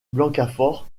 gaudiband